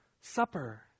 supper